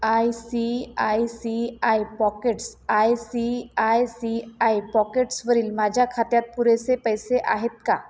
I C I C I pockets I C I C I पॉकेट्सवरील माझ्या खात्यात पुरेसे पैसे आहेत का